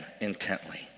intently